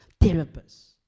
therapists